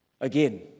Again